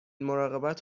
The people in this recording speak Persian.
مراقبت